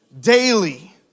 daily